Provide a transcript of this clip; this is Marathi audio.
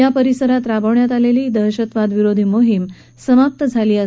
या परिसरात राबवलेली दहशतवाद विरोधी मोहीम समाप्त झाली आहे